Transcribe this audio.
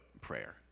prayer